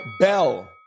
bell